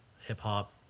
Hip-hop